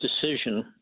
decision